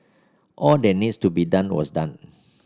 all that needs to be done was done